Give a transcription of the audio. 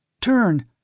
Turn